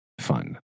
Fun